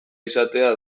izatea